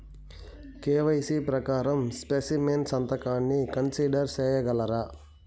KYC ప్రకారం specimen సంతకాన్ని consider సేయగలరా?